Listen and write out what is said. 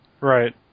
Right